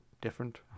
different